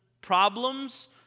problems